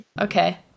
Okay